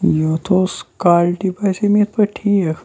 یَتھ اوس کالٹی باسے مےٚ یِتھ پٲٹھۍ ٹھیٖک